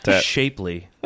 shapely